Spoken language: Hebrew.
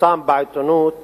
פורסם בעיתונות